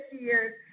year's